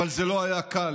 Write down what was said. אבל זה לא היה קל.